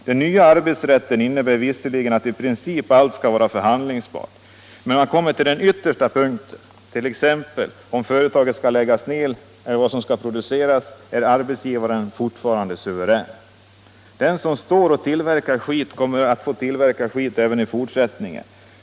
Den nya arbetsrätten innebär visserligen att i princip allt ska vara förhandlingsbart, men när man kommer till den yttersta punkten — t.ex. om företaget ska läggas ner och vad som ska produceras — är arbetsgivaren fortfarande suverän. Den som står och tillverkar skit kommer att få tillverka skit även i fortsättningen.